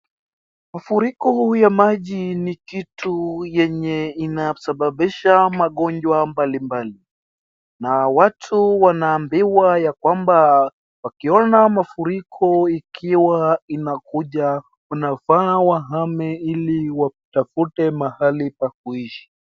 Mafuriko ya maji ni kitu yenye inasababisha magonjwa mbalimbali na watu wanaambiwa ya kwamba wakiona mafuriko ikiwa inakuja wanafaa wahame ili watafute mahali pa kuishi.